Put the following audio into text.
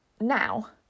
now